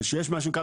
ושיש מה שנקרא,